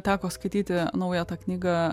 teko skaityti naują tą knygą